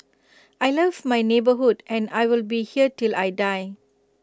I love my neighbourhood and I will be here till I die